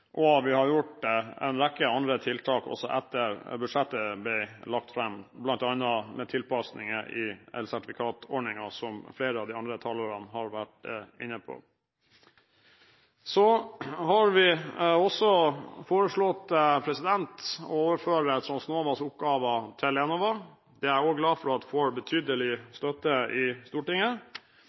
og vi har gjort en rekke andre tiltak også etter at budsjettet ble lagt fram, bl.a. med tilpasninger i elsertifikatordningen, som flere av de andre talerne har vært inne på. Så har vi også foreslått å overføre Transnovas oppgaver til Enova. Det er jeg også glad for at får betydelig støtte i Stortinget.